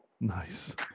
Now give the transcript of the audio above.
Nice